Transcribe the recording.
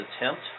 attempt